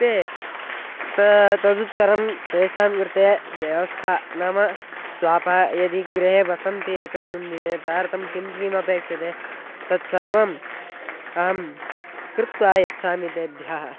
ते ते तदुत्तरं तेषां कृते व्यवस्था नाम स्वपामि यदि गृहे वसन्ति एकस्मिन् दिने ते अर्थं किं किम् अपेक्ष्यते तत्सर्वम् अहं कृत्वा यच्छामि तेभ्यः